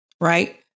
right